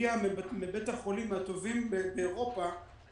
שמגיע מבתי החולים הטובים באירופה,